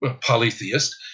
polytheist